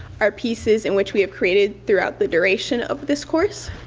our pieces in which we have created throughout the duration of this course,